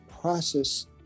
process